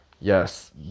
Yes